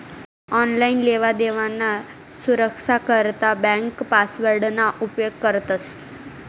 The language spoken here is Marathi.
आनलाईन लेवादेवाना सुरक्सा करता ब्यांक पासवर्डना उपेग करतंस